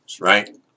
right